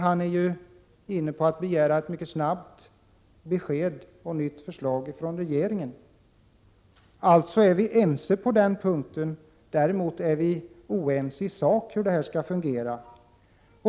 Han vill ju begära ett mycket snabbt besked i ett nytt förslag från regeringen. Alltså är vi ense på den punkten. Däremot är vi oense i sak, om hur detta skall fungera.